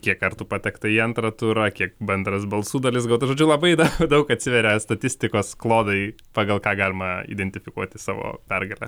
kiek kartų patekta į antrą turą kiek bendras balsų dalis gauta žodžiu labai daug atsiveria statistikos klodai pagal ką galima identifikuoti savo pergalę